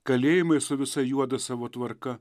kalėjimai su visa juoda savo tvarka